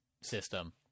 system